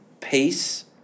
peace